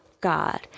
God